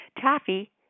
Taffy